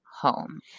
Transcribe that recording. home